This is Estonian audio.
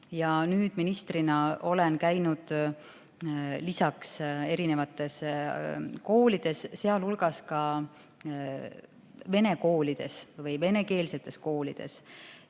ja nüüd ministrina olen käinud lisaks erinevates koolides, sh vene koolides või venekeelsetes koolides